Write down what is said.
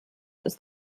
ist